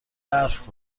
برف